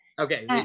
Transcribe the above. Okay